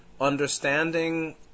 understanding